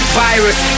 virus